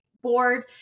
board